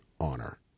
honor